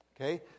Okay